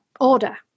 order